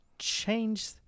Change